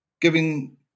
giving